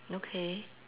okay